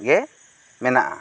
ᱜᱮ ᱢᱮᱱᱟᱜᱼᱟ